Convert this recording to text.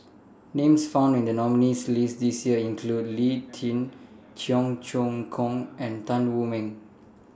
Names found in The nominees' list This Year include Lee Tjin Cheong Choong Kong and Tan Wu Meng